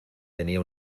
tenía